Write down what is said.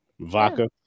vodka